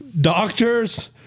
doctors